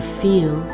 feel